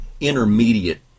intermediate